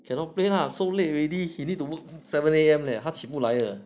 cannot play lah so late already he need to work seven A_M leh 他起不来的